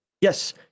yes